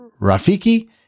Rafiki